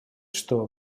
что